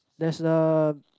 there's uh